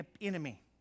enemy